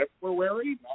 February